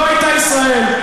לא הייתה ישראל.